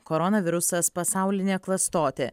koronavirusas pasaulinė klastotė